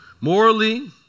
Morally